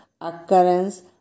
occurrence